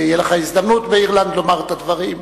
ותהיה לך הזדמנות באירלנד לומר את הדברים,